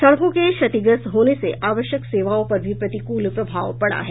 सड़कों के क्षतिग्रस्त होने से आवश्यक सेवाओं पर भी प्रतिकूल प्रभाव पड़ा है